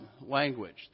language